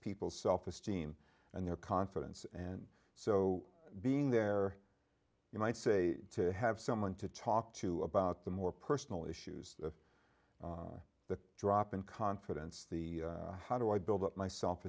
people's self esteem and their confidence and so being there you might say to have someone to talk to about the more personal issues the drop in confidence the how do i build up my self